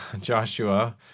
Joshua